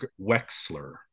wexler